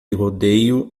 rodeio